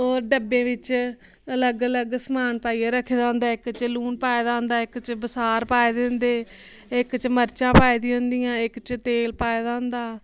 होर डब्बे बिच्च अलग अगल समान पाइयै रक्खे दा होंदा इक च लून पाए दा होंदा इक च बसार पाए दे होंदे इक च मर्चां पाई दियां होंदियां इक च तेल पाए दा होंदा